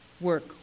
work